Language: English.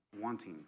wanting